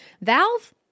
Valve